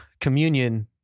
communion